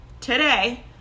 today